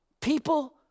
people